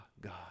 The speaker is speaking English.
God